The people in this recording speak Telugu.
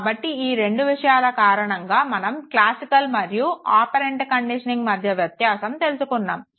కాబట్టి ఈ రెండు విషయాల కారణంగా మనం ప్రామాణిక మరియు ఆపరెంట్ కండిషనింగ్ మధ్య వ్యత్యాసం తెలుసుకున్నాము